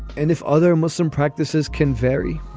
and if other muslim practices can vary,